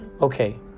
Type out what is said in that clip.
okay